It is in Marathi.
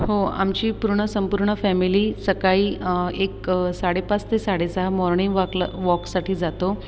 हो आमची पूर्ण संपूर्ण फॅमिली सकाळी एक साडेपाच ते साडेसहा मॉर्निंग वॉकला वॉकसाठी जातो